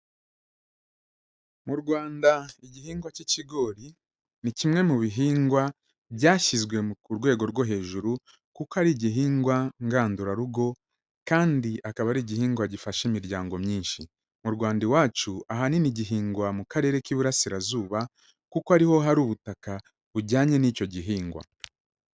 Mu Rwanda igihingwa cy'ikigori ni kimwe mu bihingwa byashyizwe ku rwego rwo hejuru kuko ari igihingwa ngandurarugo kandi akaba ari igihingwa gifasha imiryango myinshi, mu Rwanda iwacu ahanini gihingwa mu karere k'iburasirazuba kuko ariho hari ubutaka bujyanye n'icyo gihingwa.